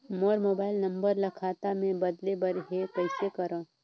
मोर mobile number ल खाता मे बदले बर हे कइसे करव?